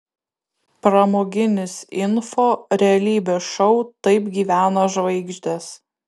pramoginis info realybės šou taip gyvena žvaigždės